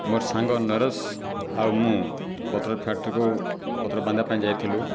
ମୋ'ର ସାଙ୍ଗ ନରେଶ ଆଉ ମୁଁ ପଥର ଫ୍ୟାକ୍ଟରିକୁ ପଥର ବାନ୍ଧିବା ପାଇଁ ଯାଇଥିଲୁ